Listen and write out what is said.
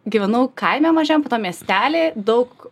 gyvenau kaime mažam miestely daug